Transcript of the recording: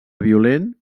violent